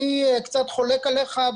אני קצת חולק עליך,